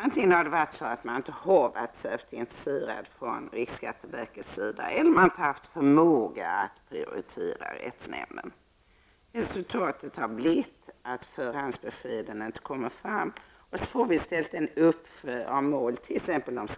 Antingen har man inte varit särskilt intresserad från riksskatteverket eller inte haft förmågan att prioritera rättsnämnden. Resultatet har blivit att förhandsbeskeden inte kommer fram. Så får vi i stället en uppsjö av mål, t.ex. om